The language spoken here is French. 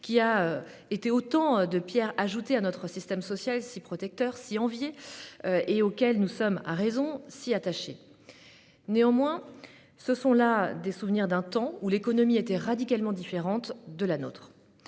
ont été autant de pierres ajoutées à notre système social si protecteur, si envié et auquel nous sommes, à raison, si attachés. Néanmoins, ce sont là des souvenirs d'un temps où l'économie était radicalement différente de celle